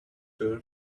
girl